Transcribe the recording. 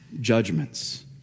judgments